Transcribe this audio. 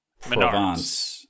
Provence